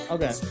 Okay